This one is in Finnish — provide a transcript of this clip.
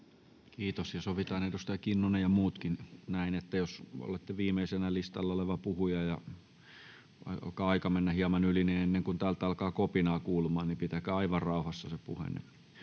Kiitos. Ja sovitaan näin, edustaja Kinnunen ja muutkin, että jos olette viimeisenä listalla oleva puhuja, niin vaikka alkaa aika mennä hieman yli, niin ennen kuin täältä alkaa kopinaa kuulumaan, niin pitäkää aivan rauhassa se puheenne